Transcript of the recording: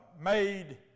made